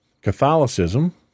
Catholicism